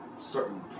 certain